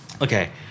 Okay